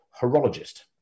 horologist